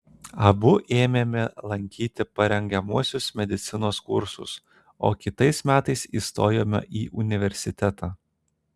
abu ėmėme lankyti parengiamuosius medicinos kursus o kitais metais įstojome į universitetą